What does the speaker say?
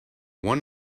one